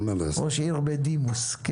ראש עיר בדימוס.